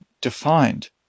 defined